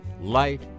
Light